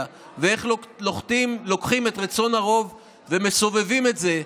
ואיך לוקחים את רצון הרוב ומסובבים את זה,